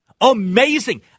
Amazing